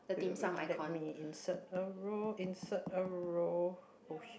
wait wait wait let me insert a row insert a row oh shit